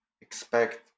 expect